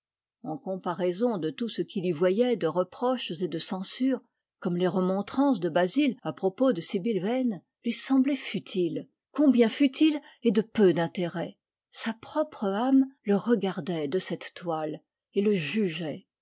en comparaison de tout ce qu'il y voyait de reproches et de censures comme les remontrances de basil à propos de sibyl vane lui semblaient futiles combien futiles et de peu d'intérêt sa propre âme le regardait de cette toile et le jugeait